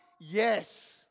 Yes